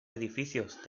edificios